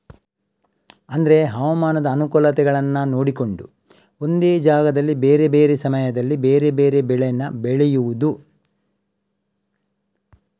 ಅಂದ್ರೆ ಹವಾಮಾನದ ಅನುಕೂಲಗಳನ್ನ ನೋಡಿಕೊಂಡು ಒಂದೇ ಜಾಗದಲ್ಲಿ ಬೇರೆ ಬೇರೆ ಸಮಯದಲ್ಲಿ ಬೇರೆ ಬೇರೆ ಬೆಳೇನ ಬೆಳೆಯುದು